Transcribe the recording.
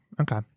okay